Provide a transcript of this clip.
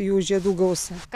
jų žiedų gausa